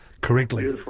correctly